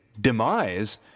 demise